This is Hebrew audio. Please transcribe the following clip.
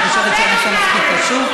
אני חושבת שהנושא מספיק חשוב.